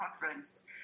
conference